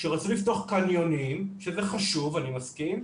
כשרצו לפתוח קניונים, שזה חשוב, אני מסכים,